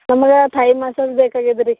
ನಮ್ಗ Thai massage ಬೇಕಾಗ್ಯದ ರೀ